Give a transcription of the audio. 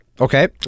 Okay